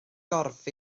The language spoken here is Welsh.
gorff